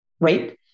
right